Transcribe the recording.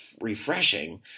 refreshing